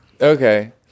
Okay